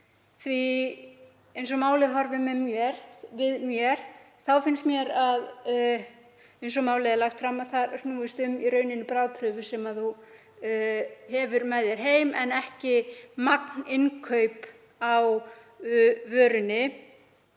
því eins og málið horfir við mér finnst mér, eins og málið er lagt fram, að það snúist í raun um bragðprufu sem fólk hefur með sér heim en ekki magninnkaup á vörunni.